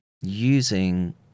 using